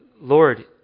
Lord